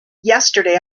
yesterday